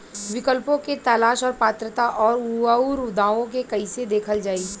विकल्पों के तलाश और पात्रता और अउरदावों के कइसे देखल जाइ?